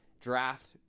Draft